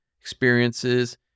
experiences